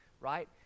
right